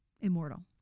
immortal